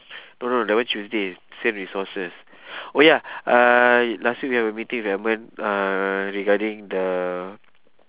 no no that one tuesday send resources oh ya uh last week when we're meeting with edmund uh regarding the